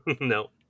No